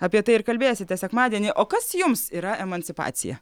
apie tai ir kalbėsite sekmadienį o kas jums yra emancipacija